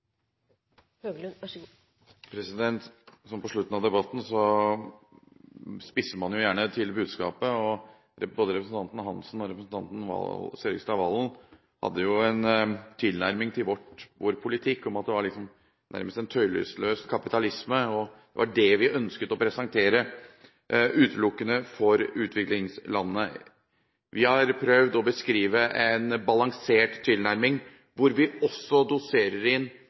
Hansen og representanten Serigstad Valen hadde en tilnærming til vår politikk som at det nærmest var en tøylesløs kapitalisme – at det utelukkende var det vi ønsket å presentere for utviklingslandene. Vi har prøvd å beskrive en balansert tilnærming hvor vi også doserer inn